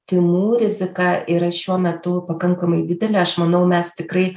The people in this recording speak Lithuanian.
tymų rizika yra šiuo metu pakankamai didelė aš manau mes tikrai